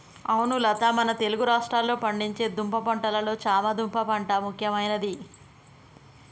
అవును లత మన తెలుగు రాష్ట్రాల్లో పండించే దుంప పంటలలో చామ దుంప పంట ముఖ్యమైనది